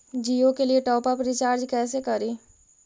जियो के लिए top up recharge कैसे करी?